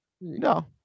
no